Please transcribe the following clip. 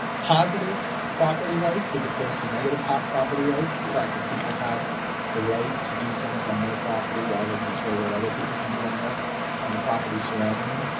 positive property rights as opposed to negative property rights, the fact that people have the right to do things on their property rather than say what other people can do on their on the property surrounding them.